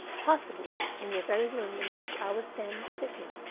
possibly in the very room in which i was then sitting.